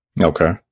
okay